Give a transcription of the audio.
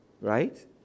Right